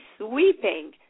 sweeping